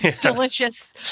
delicious